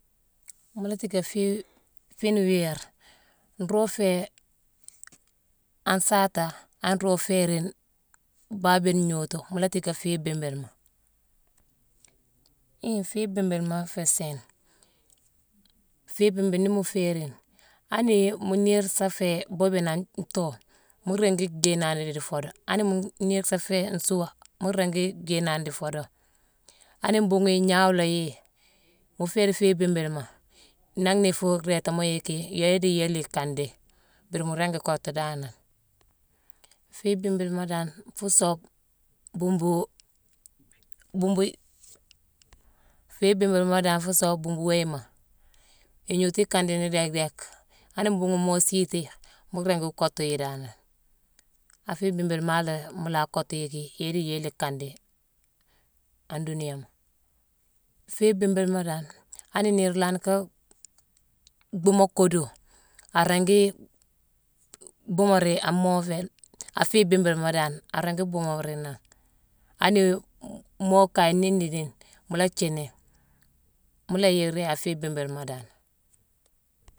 Mu la ticka fii-fiine wii yér, nroog féé an saata an nroog féérine baabiyone gnootu mu la dicka fiibimbilema. Hii fiibimbilema féé sééne. Fiibimbilema nii mu féérine, ani mu niir sa féé bobiyone an too, mu ringi jéénani dii foodo. Ani mu niir sa féé nsuua, mu ringi jéénani di foodo. Hani mbhuughune ignaawu la yi, mu féérine fiibimbilema, nangh na ifuu réétamo yicki yéye dii yéye di yéye li ikandi, mbiiri mu ringi kottu danane. Fii bimbilema dan, fuu soobe buumbu-buumbu-fiibimbilema dan fuu soobe buumbu wééyema. Ignootu ikandini déck déck. Hani mbuughune moo siiti, mu ringi kottu yi danane. A fiibimbilema maalé mu la kottu yicki yéye dii yéye la ikandi an duunéyéma. Fiibimbilema dan, ani niir lanni kaa bhuumoo koodu, aringi bhuumoo rii an moovéle-a fiibimbilema dan, aringi bhuumoo ri nangh. Hani moo kaye niinne dii niinne, mu la jiini, mu la yick ri a fiibimbilema dan.